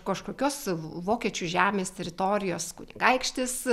kažkokios vokiečių žemės teritorijos kunigaikštis